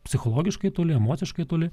psichologiškai toli emociškai toli